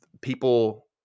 people